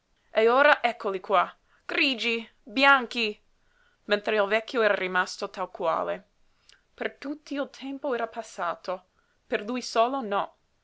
e ora eccoli qua grigi bianchi mentre il vecchio era rimasto tal quale per tutti il tempo era passato per lui solo no